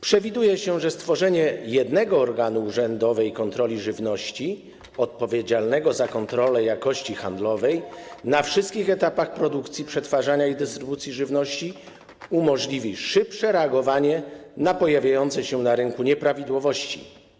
Przewiduje się, że stworzenie jednego organu urzędowej kontroli żywności odpowiedzialnego za kontrolę jakości handlowej na wszystkich etapach produkcji, przetwarzania i dystrybucji żywności umożliwi szybsze reagowanie na pojawiające się na rynku nieprawidłowości.